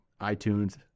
iTunes